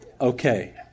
okay